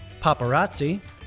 Paparazzi